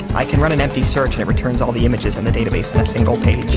i can run and empty search, and it returns all the images in the database in a single page.